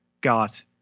got